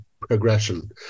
progression